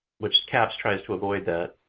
which cahps tries to avoid that.